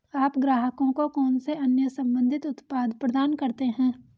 आप ग्राहकों को कौन से अन्य संबंधित उत्पाद प्रदान करते हैं?